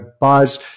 buys –